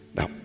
Now